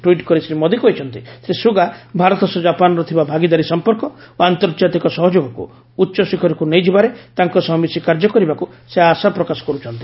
tweet କରି ଶ୍ରୀ ମୋଦି କହିଛନ୍ତି Shri Suga Bharat ସହ ଜାପାନର ଥିବା ଭାଗିଦାରୀ ସମ୍ପର୍କ ଓ ଆନ୍ତର୍ଜାତିକ ସହଯୋଗକୁ ଉଚ୍ଚ ଶିଖରକୁ ନେଇଯିବାରେ ତାଙ୍କ ସହ ମିଶି କାର୍ଯ୍ୟ କରିବାକୁ ସେ ଆଶାପ୍ରକାଶ କରୁଛନ୍ତି